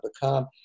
become